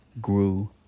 grew